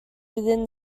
within